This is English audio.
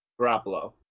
Garoppolo